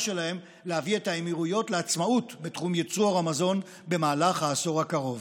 שלהם להביא את האמירויות לעצמאות בתחום ייצור המזון במהלך העשור הקרוב.